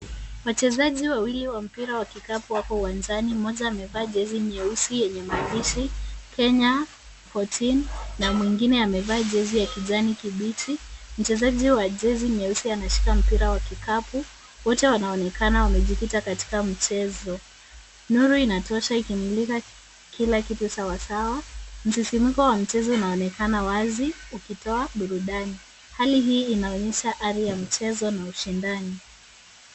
Wachezaji wawili wa mpira wa vikapu wako uwanjani, mmoja amevaa jezi nyeusi yenye maandishi Kenya 14 na mwingine amevaa jezi ya kijani kibichi. Mchezaji wa jezi nyeusi anacheza mpira wa kikapu. Wote wanaonekana wakipita katika mchezo. Nuru inatosha ikimulika kila kitu sawasawa. Msisimko wa mchezo unaonekana wazi ukitoa burudani. Hali hiyo inaonyesha ari ya mchezo na ushindani.